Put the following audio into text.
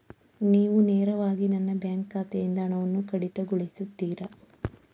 ನೀವು ನೇರವಾಗಿ ನನ್ನ ಬ್ಯಾಂಕ್ ಖಾತೆಯಿಂದ ಹಣವನ್ನು ಕಡಿತಗೊಳಿಸುತ್ತೀರಾ?